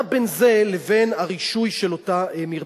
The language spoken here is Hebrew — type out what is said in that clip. מה בין זה לבין הרישוי של אותה מרפסת?